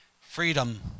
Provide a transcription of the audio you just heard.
freedom